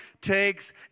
takes